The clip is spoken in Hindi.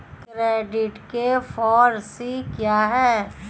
क्रेडिट के फॉर सी क्या हैं?